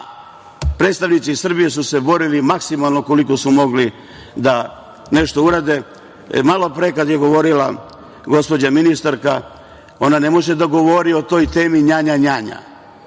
predstavnici Srbije su se borili maksimalno koliko su mogli da nešto urade. Malopre kad je govorila gospođa ministarka, ona ne može da govori o toj temi nja nja nja,